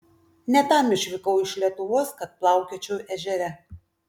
ne tam išvykau iš lietuvos kad plaukiočiau ežere